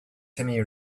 timmy